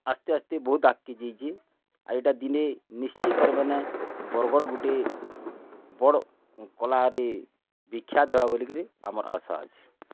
ଆସ୍ତେ ଆସ୍ତେ ବହୁତ୍ ଆଗ୍କି ଯେଇଛି ଆଉ ଏଟା ଦିନେ ନିଶ୍ଚିତ୍ରେ ମାନେ ବରଗଡ଼୍ ଗୁଟେ ବଡ଼୍ କଲାରେ ବିଖ୍ୟାତ୍ ହେବା ବୋଲିକିରି ଆମର୍ ଆଶା ଅଛି